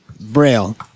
Braille